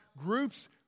groups